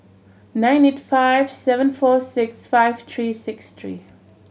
nine eight five seven four six five three six three